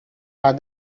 are